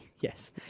Yes